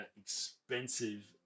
expensive